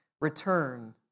return